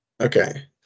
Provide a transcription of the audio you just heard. Okay